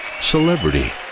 celebrity